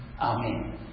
Amen